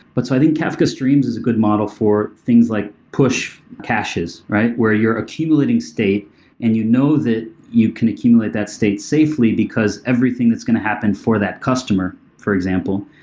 but so i think kafka streams is a good model for things like push caches, where you're accumulating state and you know that you can accumulate that state safely because everything that's going to happen for that customer, for example,